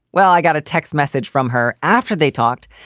well, i got a text message from her after they talked.